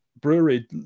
brewery